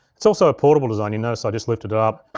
it's also a portable design. you notice i just lift it up.